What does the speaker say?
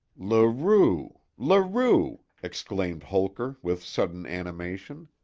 larue, larue! exclaimed holker, with sudden animation.